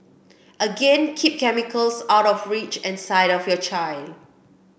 again keep chemicals out of reach and sight of your child